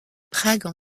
prague